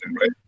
right